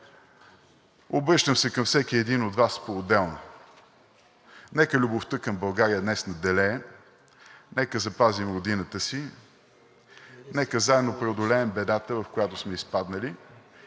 Обръщам се към всеки един от Вас поотделно: нека любовта към България днес надделее, нека запазим родината си, нека заедно преодолеем бедата, в която сме изпаднали,